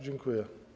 Dziękuję.